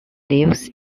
lives